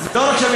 לא רק שם,